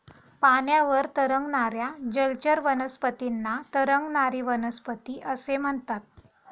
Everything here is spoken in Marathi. पाण्यावर तरंगणाऱ्या जलचर वनस्पतींना तरंगणारी वनस्पती असे म्हणतात